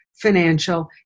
financial